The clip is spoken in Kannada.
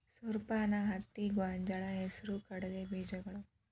ಸೂರಡಪಾನ, ಹತ್ತಿ, ಗೊಂಜಾಳ, ಹೆಸರು ಕಡಲೆ ಬೇಜಗಳು